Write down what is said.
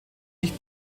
nicht